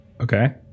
Okay